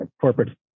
corporate